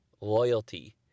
loyalty